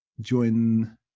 join